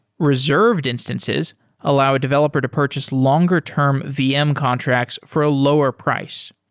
reserved instances allow a developer to purchase longer term vm contracts for a lower price.